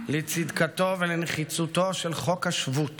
לצדקתו ולנחיצותו של חוק השבות